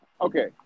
okay